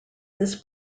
this